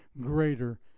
greater